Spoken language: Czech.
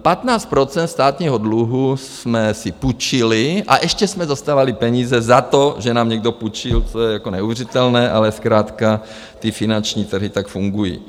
15 % státního dluhu jsme si půjčili a ještě jsme dostávali peníze za to, že nám někdo půjčil, což je neuvěřitelné, ale zkrátka finanční trhy tak fungují.